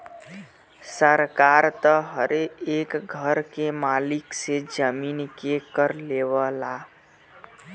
सरकार त हरे एक घर के मालिक से जमीन के कर लेवला